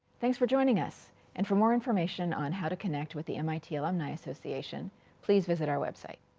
thanks for joining us and for more information on how to connect with the mit alumni association please visit our website.